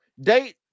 date